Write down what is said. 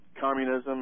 communism